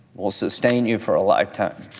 will sustain you for a lifetime.